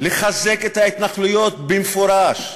לחזק את ההתנחלויות במפורש.